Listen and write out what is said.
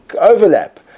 overlap